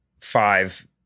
five